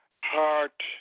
heart